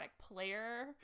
player